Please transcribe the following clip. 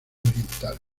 orientales